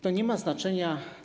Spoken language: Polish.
To nie ma znaczenia.